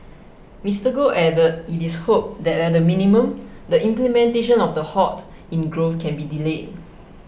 Mister Goh added it is hoped that at the minimum the implementation of the halt in growth can be delayed